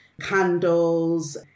candles